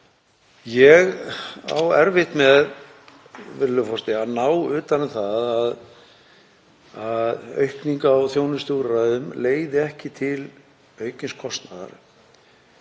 Ég á erfitt með að ná utan um það að aukning á þjónustuúrræðum leiði ekki til aukins kostnaðar.